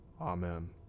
Amen